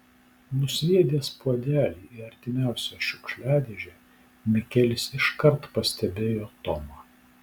nusviedęs puodelį į artimiausią šiukšliadėžę mikelis iškart pastebėjo tomą